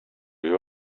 you